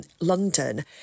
London